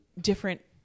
different